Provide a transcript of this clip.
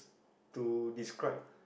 to describe